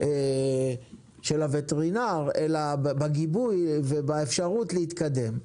של הווטרינר, אלא בגיבוי ובאפשרות להתקדם.